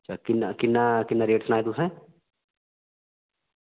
ते किन्ना किन्ना रेट सनाया तुसें